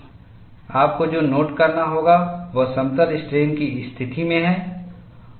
आपको जो नोट करना होगा वह समतल स्ट्रेन की स्थिति में है